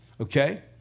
Okay